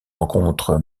rencontre